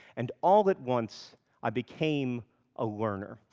and all at once i became a learner.